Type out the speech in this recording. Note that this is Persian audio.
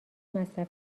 مصرف